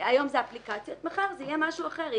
כאשר היום אלה הן אפליקציות ומחר יהיה משהו אחר,